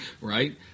Right